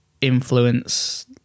influence